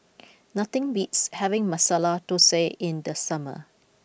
nothing beats having Masala Dosa in the summer